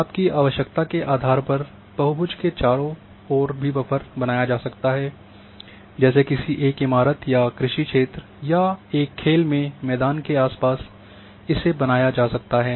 आपकी आवश्यकता के आधार पर बहुभुज के चारों ओर भी बफर बनाया जा सकता है जैसे किसी एक इमारत या कृषि क्षेत्र या एक खेल के मैदान के आसपास बनाया जा सकता है